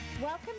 Welcome